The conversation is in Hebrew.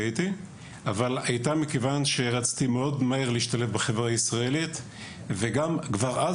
הייתה מכיוון שרצית להשתלב מהר בחברה הישראלית וכבר אז